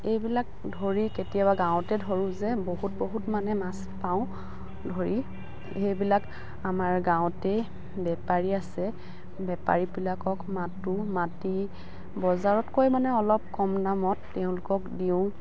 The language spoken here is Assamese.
এইবিলাক ধৰি কেতিয়াবা গাঁৱতে ধৰোঁ যে বহুত বহুত মানে মাছ পাওঁ ধৰি সেইবিলাক আমাৰ গাঁৱতেই বেপাৰী আছে বেপাৰীবিলাকক মাতোঁ মাতি বজাৰতকৈ মানে অলপ কম দামত তেওঁলোকক দিওঁ